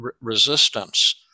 resistance